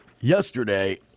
yesterday